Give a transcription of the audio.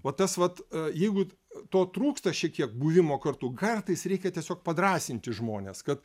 va tas vat jeigu to trūksta šiek tiek buvimo kartu kartais reikia tiesiog padrąsinti žmones kad